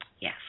Yes